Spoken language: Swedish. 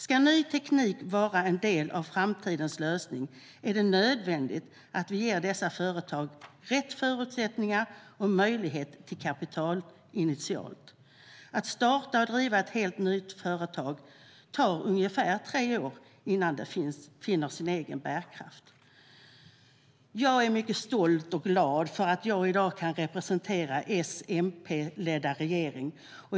Ska ny teknik vara en del av framtidens lösning är det nödvändigt att vi ger dessa företag rätt förutsättningar och möjlighet till kapital initialt. När man startar och driver ett helt ny företag tar det ungefär tre år innan det finner sin egen bärkraft. Jag är mycket stolt och glad att jag i dag kan representera den S-MP-ledda regeringen.